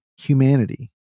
humanity